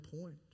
point